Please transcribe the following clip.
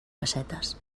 pessetes